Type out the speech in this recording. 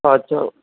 अछा